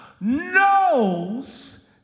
knows